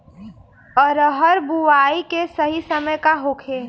अरहर बुआई के सही समय का होखे?